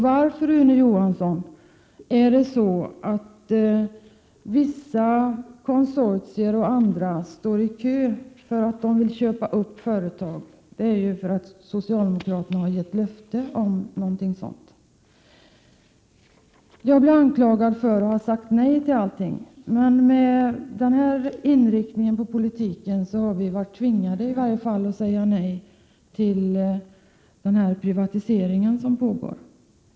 Varför, Rune Johansson, är det så att vissa konsortier och andra står i kö för att köpa upp företag? Det beror naturligtvis på att socialdemokraterna gett löften i den vägen. Jag blev anklagad för att ha sagt nej till allting. Med den inriktning av politiken som här föreslås och med den privatisering som pågår har vi blivit tvingade att säga nej.